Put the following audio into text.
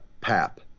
pap